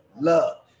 love